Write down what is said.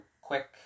quick